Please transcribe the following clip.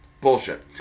Bullshit